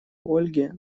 ольге